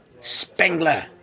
Spengler